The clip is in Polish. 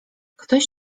ktoś